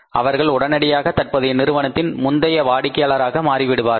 அவர்கள் உடனடியாக தற்போதைய நிறுவனத்தின் முந்தைய வாடிக்கையாளராக மாறி விடுவார்கள்